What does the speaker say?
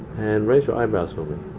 and raise your eyebrows for me.